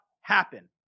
happen